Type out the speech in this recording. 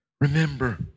Remember